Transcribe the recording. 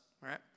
right